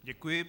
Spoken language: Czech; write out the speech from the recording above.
Děkuji.